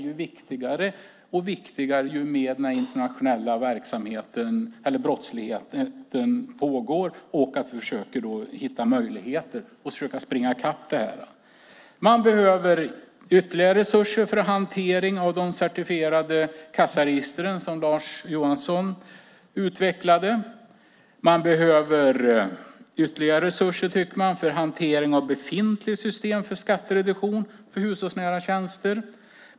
Det blir viktigare och viktigare ju mer den internationella brottsligheten ökar att man försöker hitta möjligheter att springa i kapp detta. Man behöver ytterligare resurser för hantering av de certifierade kassaregistren som Lars Johansson redogjorde för. Man behöver mer resurser för hantering av befintligt system för skattereduktion för hushållsnära tjänster.